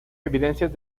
evidencias